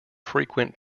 frequent